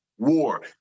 war